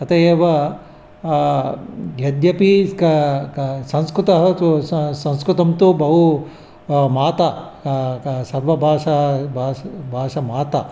अत एव यद्यपि का का संस्कृतं ह तु स संस्कृतं तु बहु माता क सर्वभाषा भाषा भाषा माता